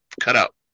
cutout